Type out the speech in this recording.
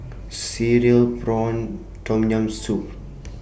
Cereal Prawns Tom Yam Soup